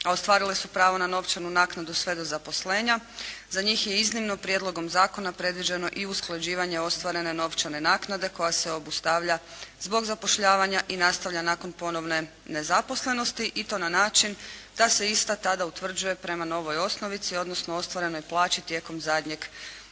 ostvarile su pravo na novčanu naknadu sve do zaposlenja. Za njih je iznimno prijedlogom zakona predviđeno i usklađivanje ostvarene novčane naknade koja se obustavlja zbog zapošljavanja i nastavlja nakon ponovne nezaposlenosti i to na način da se ista tada utvrđuje prema novoj osnovici, odnosno ostvarenoj plaći tijekom zadnjeg zaposlenja.